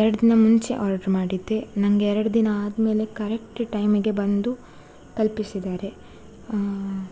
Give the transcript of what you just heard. ಎರಡು ದಿನ ಮುಂಚೆ ಆಡ್ರ್ ಮಾಡಿದ್ದೆ ನಂಗೆ ಎರಡು ದಿನ ಆದಮೇಲೆ ಕರೆಕ್ಟ್ ಟೈಮಿಗೆ ಬಂದು ತಲುಪಿಸಿದ್ದಾರೆ